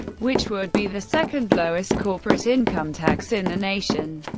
which would be the second-lowest corporate income tax in the nation.